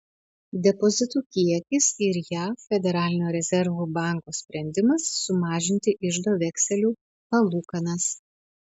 depozitų kiekis ir jav federalinio rezervų banko sprendimas sumažinti iždo vekselių palūkanas